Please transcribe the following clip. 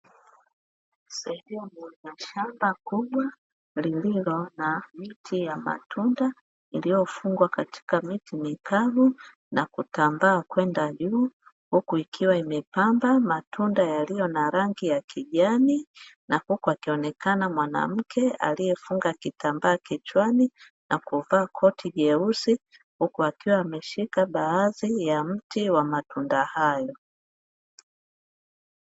Sehemu yenye shamba kubwa lililo na miti ya matunda, iliyofungwa katika miti mikavu na kutambaa kwenda juu, huku ikiwa imepamba matunda yaliyo na rangi ya kijani, na huku akionekana mwanamke aliyefunga kutambaa kichwani na kuvaa koti jeusi huku akiwa ameshika baadhi ya mti wa matunda hayo.